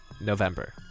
November